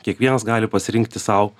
kiekvienas gali pasirinkti sau